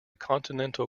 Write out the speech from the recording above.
continental